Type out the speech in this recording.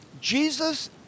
Jesus